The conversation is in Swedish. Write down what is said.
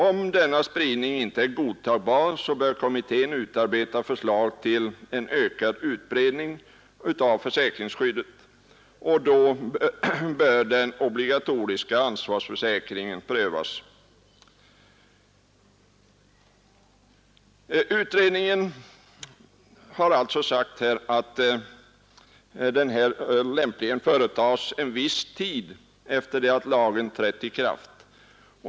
Om denna spridning inte är godtagbar, så bör kommittén utarbeta förslag till en ökad utbredning av försäkringsskyddet, och då bör den obligatoriska ansvarsförsäkringen prövas. Utskottet har sagt att en sådan undersökning lämpligen företas en viss tid efter det att lagen trätt i kraft.